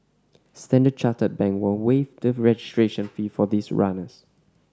Standard Chartered Bank will waive the registration fee for these runners